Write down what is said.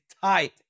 tight